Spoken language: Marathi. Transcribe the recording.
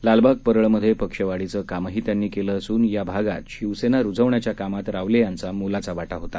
लालबाग परळमध्येपक्षवाढीचेकामहीत्यांनीकेलेअसूनयाभागांतशिवसेनारुजवण्याच्याकामातरावलेयांचामोलाचावाटाहोता